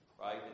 right